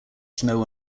snow